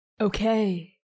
okay